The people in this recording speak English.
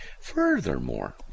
furthermore